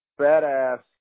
badass